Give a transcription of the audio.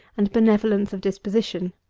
and benevolence of disposition.